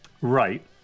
right